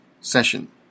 session